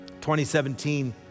2017